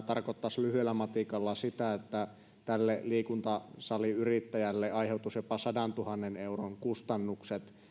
tarkoittaisi lyhyellä matikalla sitä että tälle liikuntasaliyrittäjälle aiheutuisi jopa sadantuhannen euron kustannukset